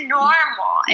normal